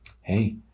Hey